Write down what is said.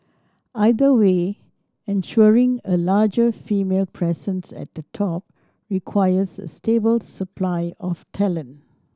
either way ensuring a larger female presence at the top requires a stable supply of talent